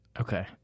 Okay